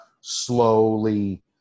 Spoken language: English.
slowly